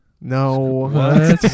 No